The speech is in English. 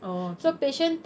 oh okay